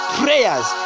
prayers